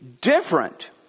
different